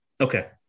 Okay